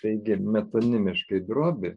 taigi metonimiškai drobė